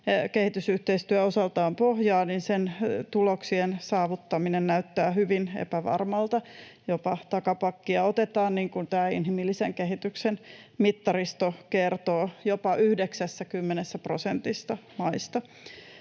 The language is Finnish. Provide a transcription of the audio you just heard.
kehitysyhteistyö osaltaan pohjaa, tuloksien saavuttaminen näyttää hyvin epävarmalta, jopa takapakkia otetaan, niin kuin tämä inhimillisen kehityksen mittaristo kertoo jopa 90 prosentista maista.